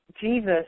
Jesus